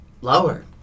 lower